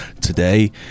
Today